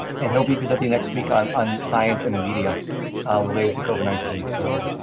and he'll be presenting next week on on science in the media related to covid nineteen. so,